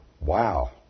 Wow